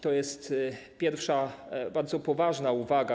To jest pierwsza, bardzo poważna uwaga.